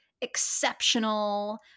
exceptional